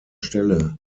stelle